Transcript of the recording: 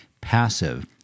passive